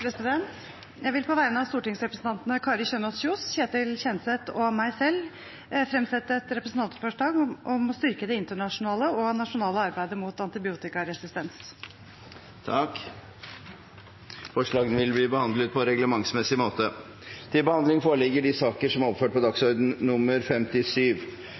Jeg vil på vegne av stortingsrepresentantene Kari Kjønaas Kjos, Ketil Kjenseth og meg selv fremsette et representantforslag om å styrke det internasjonale og nasjonale arbeidet mot antibiotikaresistens. Forslagene vil bli behandlet på reglementsmessig måte.